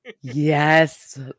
yes